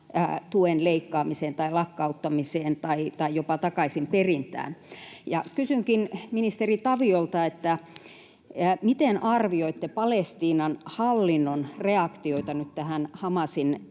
tuen leikkaamiseen tai lakkauttamiseen tai jopa takaisinperintään. Kysynkin ministeri Taviolta: Miten arvioitte Palestiinan hallinnon reaktioita nyt tähän Hamasin